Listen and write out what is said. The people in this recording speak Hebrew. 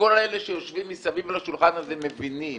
וכל אלה שיושבים מסביב לשולחן הזה מבינים